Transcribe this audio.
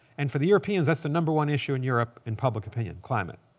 and for the europeans, that's the number one issue in europe in public opinion, climate.